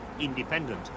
independent